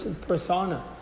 persona